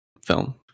film